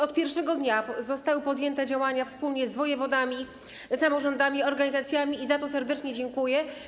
Od pierwszego dnia zostały podjęte działania wspólnie z wojewodami, samorządami, organizacjami i za to serdecznie dziękuję.